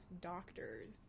doctors